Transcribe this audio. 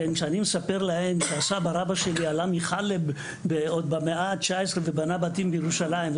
כשאני מספר להם שסבא רבא שלי עלה מחלב במאה ה-19 ובנה בתים בירושלים,